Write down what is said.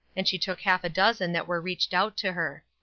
and she took half a dozen that were reached out to her.